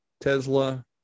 Tesla